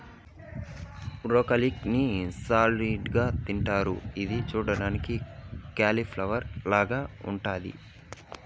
broccoli ని salad గా తింటారు ఇది చూడ్డానికి కాలిఫ్లవర్ లాగ ఉంటాది